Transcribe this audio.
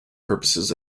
purposes